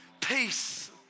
peace